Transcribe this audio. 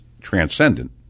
transcendent